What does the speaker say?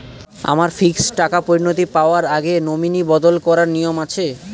আমার ফিক্সড টাকা পরিনতি পাওয়ার আগে নমিনি বদল করার নিয়ম আছে?